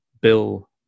Bill